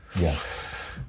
Yes